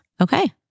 Okay